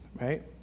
right